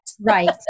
Right